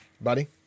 Buddy